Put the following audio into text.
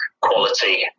quality